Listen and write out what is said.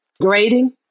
grading